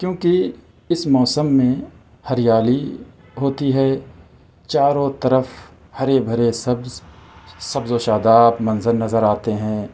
کیونکہ اِس موسم میں ہریالی ہوتی ہے چارو طرف ہرے بھرے سبز سبز و شاداب منظر نظر آتے ہیں